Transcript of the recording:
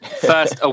first